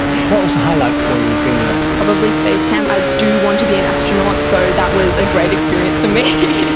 what was the highlight for you, being there? probably space camp. i do want to be an astronaut, so that was a great experience for me.